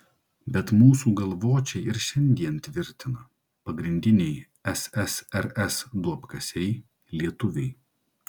bet mūsų galvočiai ir šiandien tvirtina pagrindiniai ssrs duobkasiai lietuviai